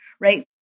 right